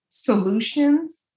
solutions